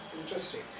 Interesting